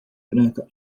branca